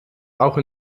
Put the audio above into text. auch